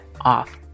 off